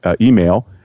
email